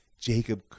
jacob